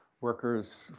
workers